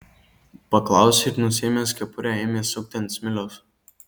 paklausė ir nusiėmęs kepurę ėmė sukti ant smiliaus